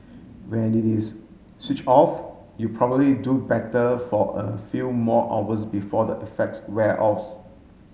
when it is switch off you probably do better for a few more hours before the effects wear